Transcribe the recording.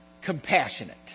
compassionate